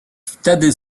wtedy